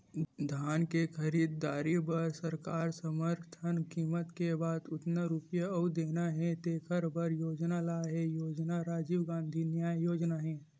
धान के खरीददारी बर सरकार समरथन कीमत के बाद जतना रूपिया अउ देना हे तेखर बर योजना लाए हे योजना राजीव गांधी न्याय योजना हे